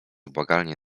błagalnie